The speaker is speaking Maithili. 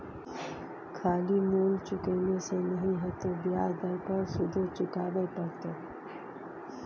खाली मूल चुकेने से नहि हेतौ ब्याज दर पर सुदो चुकाबे पड़तौ